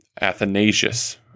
Athanasius